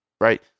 right